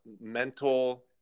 mental